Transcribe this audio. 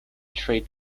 trade